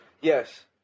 Yes